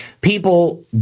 people